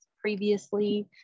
previously